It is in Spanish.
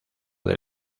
del